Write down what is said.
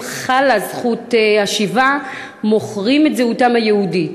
זכות השיבה מוכרים את זהותם היהודית.